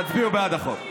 תצביעו בעד החוק.